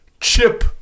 chip